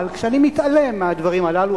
אבל כשאני מתעלם מהדברים הללו,